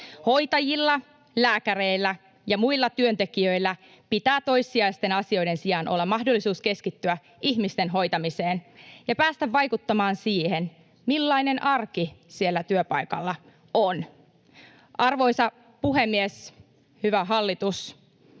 Hoitajilla, lääkäreillä ja muilla työntekijöillä pitää toissijaisten asioiden sijaan olla mahdollisuus keskittyä ihmisten hoitamiseen ja päästä vaikuttamaan siihen, millainen arki siellä työpaikalla on. Arvoisa puhemies! Hyvä hallitus,